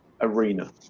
arena